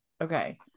okay